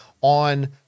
on